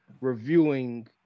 reviewing